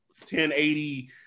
1080